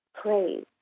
praise